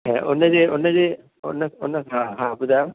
ऐं हुनजे हुनजे हुन हुन हा हा ॿुधायो